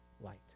light